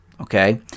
Okay